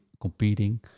competing